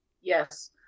Yes